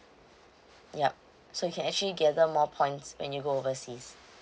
yup so you can actually gather more points when you go overseas